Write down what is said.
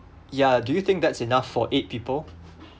ya do you think that's enough for eight people